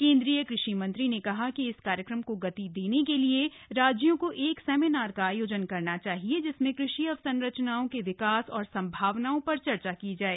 केन्द्रीय कृषि मंत्री ने कहा कि इस कार्यक्रम को गति देने के लिए राज्यों को एक सेमिनार का आयोजन करना चाहिए जिसमें कृषि अवसंरचनाओं के विकास और संभावनाओं पर चर्चा की जाए